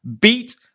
beat